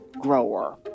grower